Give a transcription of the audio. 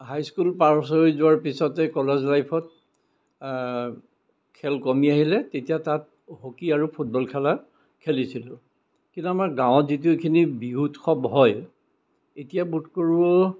হাই school pass হৈ যোৱাৰ পিছতেই কলেজ লাইফত খেল কমি আহিলে তেতিয়া তাত হকী আৰু ফুটবল খেলা খেলিছিলোঁ কিন্তু আমাৰ গাঁৱত যিটোখিনি বিহু উৎসৱ হয় এতিয়া বোধকৰো